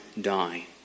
die